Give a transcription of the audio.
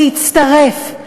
להצטרף,